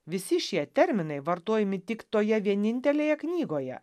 visi šie terminai vartojami tik toje vienintelėje knygoje